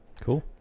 Cool